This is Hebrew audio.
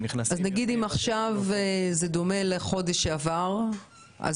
אם עכשיו זה דומה לחודש שעבר,